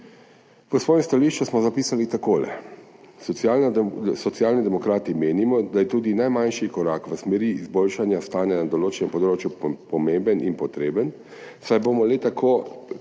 V svojem stališču smo zapisali takole: »Socialni demokrati menimo, da je tudi najmanjši korak v smeri izboljšanja stanja na določenem področju pomemben in potreben, saj bomo le tako